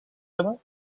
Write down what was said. hebben